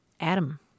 Adam